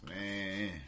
man